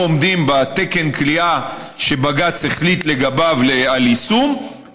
עומדים בתקן כליאה שבג"ץ החליט לגביו על יישום,